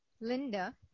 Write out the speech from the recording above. Linda